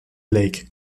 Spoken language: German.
lake